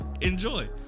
enjoy